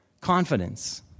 confidence